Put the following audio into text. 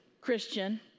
Christian